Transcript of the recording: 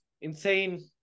insane